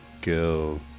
go